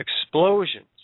explosions